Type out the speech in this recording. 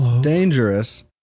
dangerous